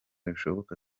rishoboka